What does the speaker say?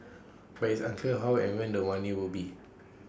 but it's unclear how and when the money will be